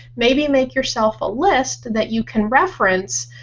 maybe make yourself a list that you can reference.